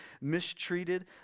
mistreated